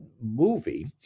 movie